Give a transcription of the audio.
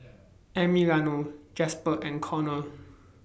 Emiliano Jasper and Conor